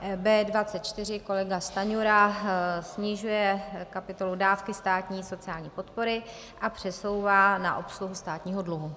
B24 kolega Stanjura snižuje kapitolu dávky státní sociální podpory a přesouvá na obsluhu státního dluhu.